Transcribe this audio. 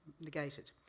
negated